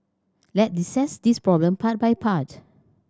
let's dissect this problem part by part